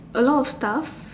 a lot of stuff